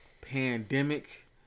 pandemic